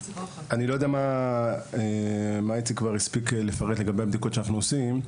אני לא יודע מה איציק הספיק כבר לפרט לכם בנוגע לבדיקות שאנחנו עושים.